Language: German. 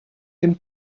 den